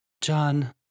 John